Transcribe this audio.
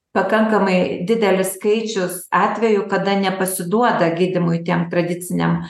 pakankamai didelis skaičius atvejų kada nepasiduoda gydymui tiem tradiciniam